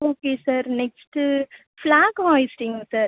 okay sir next flag ஆய்ஸ்டிங்கும் sir